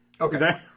Okay